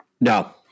No